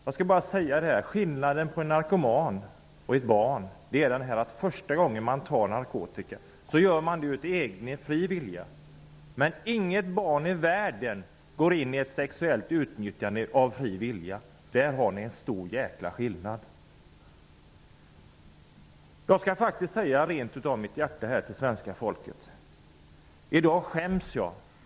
Jag vill bara säga att skillnaden mellan en narkoman och ett barn är att när man första gången tar narkotika så gör man det av egen fri vilja, men inget barn i världen går in i ett sexuellt utnyttjande av fri vilja. Där har ni en stor jäkla skillnad! Jag skall faktiskt säga mitt hjärtas rena mening till svenska folket. I dag skäms jag.